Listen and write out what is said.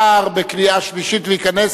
נתקבל.